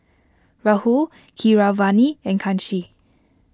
Rahul Keeravani and Kanshi